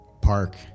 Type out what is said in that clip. Park